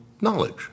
knowledge